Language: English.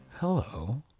Hello